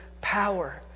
power